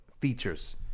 features